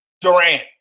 Durant